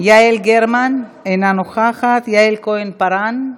יעל גרמן, אינה נוכחת, יעל כהן-פארן,